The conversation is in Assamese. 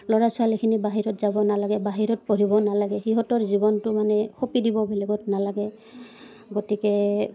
ল'ৰা ছোৱালীখিনি বাহিৰত যাব নালাগে বাহিৰত পঢ়িব নালাগে সিহঁতৰ জীৱনটো মানে সঁপি দিব বেলেগত নালাগে গতিকে